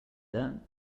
that